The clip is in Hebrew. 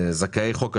זכאי חוק השבות.